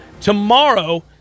tomorrow